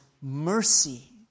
mercy